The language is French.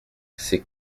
c’est